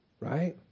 Right